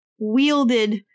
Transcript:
wielded